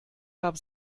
hab